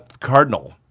cardinal